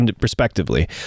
respectively